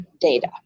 data